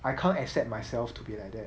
I can't accept myself to be like that